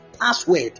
Password